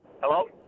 Hello